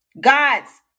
God's